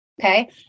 okay